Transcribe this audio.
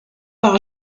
par